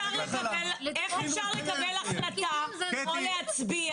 עידית, איך אפשר לקבל החלטה או להצביע?